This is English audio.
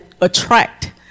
attract